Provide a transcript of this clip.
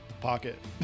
pocket